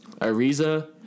Ariza